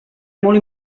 molt